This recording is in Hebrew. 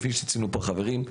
כפי שציינו פה חברים,